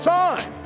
time